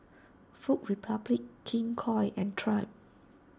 Food Republic King Koil and Triumph